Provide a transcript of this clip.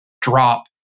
drop